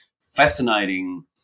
fascinating